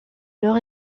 leur